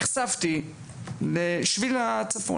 נחשפתי לשביל הצפו